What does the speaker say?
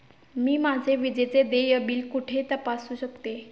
मी माझे विजेचे देय बिल कुठे तपासू शकते?